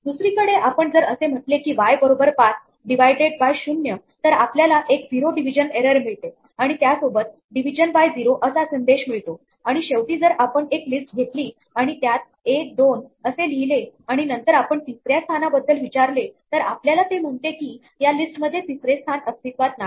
दुसरीकडे आपण जर असे म्हटले की y बरोबर 5 डिवाइडेड बाय 0 तर आपल्याला एक झिरो डिव्हिजन एरर मिळते आणि त्यासोबत डिव्हिजन बाय झिरो असा संदेश मिळतो आणि शेवटी जर आपण एक लिस्ट घेतली आणि त्यात 1 2 असे लिहिले आणि नंतर आपण तिसऱ्या स्थानाबद्दल विचारले तर आपल्याला ते म्हणते की या लिस्ट मध्ये तिसरे स्थान अस्तित्वात नाही